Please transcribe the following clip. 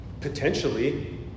Potentially